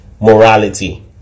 morality